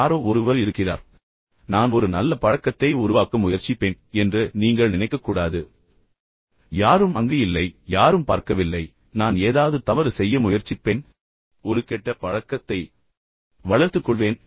யாரோ ஒருவர் இருக்கிறார் அதனால் ிறார் நான் ஒரு நல்ல பழக்கத்தை உருவாக்க முயற்சிப்பேன் என்று நீங்கள் நினைக்கக்கூடாது ஆனால் யாரும் அங்கு இல்லை யாரும் பார்க்கவில்லை நான் ஏதாவது தவறு செய்ய முயற்சிப்பேன் பின்னர் ஒரு கெட்ட பழக்கத்தை வளர்த்துக் கொள்வேன்